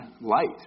light